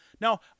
Now